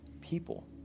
people